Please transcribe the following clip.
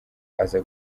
aza